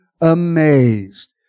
amazed